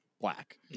black